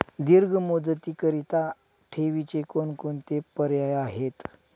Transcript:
दीर्घ मुदतीकरीता ठेवीचे कोणकोणते पर्याय आहेत?